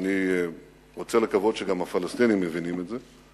ואני רוצה לקוות שגם הפלסטינים מבינים את זה,